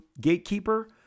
gatekeeper